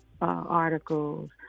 articles